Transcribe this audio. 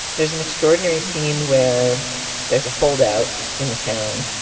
there's an extraordinary scene where there's a holdout in the town.